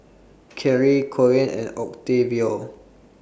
Carry Coen and Octavio